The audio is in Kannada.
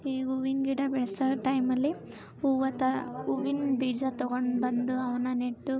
ಈ ಹೂವಿನ ಗಿಡ ಬೆಳೆಸೋ ಟೈಮಲ್ಲಿ ಹೂವು ತ ಹೂವಿನ್ ಬೀಜ ತೊಗೊಂಡು ಬಂದು ಅವನ್ನ ನೆಟ್ಟು